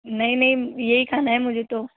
नहीं नहीं यही खाना है मुझे तो